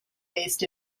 based